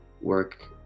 work